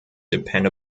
depend